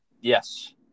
Yes